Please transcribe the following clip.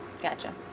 Gotcha